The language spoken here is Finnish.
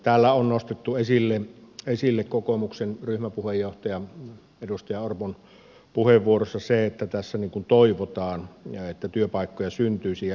täällä on nostettu esille kokoomuksen ryhmäpuheenjohtajan edustaja orpon puheenvuorossa se että tässä niin kuin toivotaan että työpaikkoja syntyisi ja investointeja